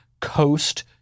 coast